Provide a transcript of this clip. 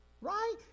right